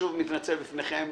אני שוב מתנצל בפניכם.